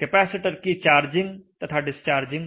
capacitor की charging तथा discharging है